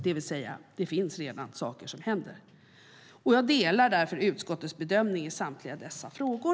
Det finns alltså redan saker som händer. Jag delar därför utskottets bedömning i samtliga dessa frågor.